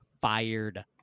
fired